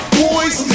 boys